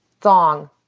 thong